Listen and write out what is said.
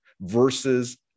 versus